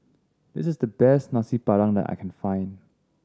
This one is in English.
this is the best Nasi Padang that I can find